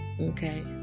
Okay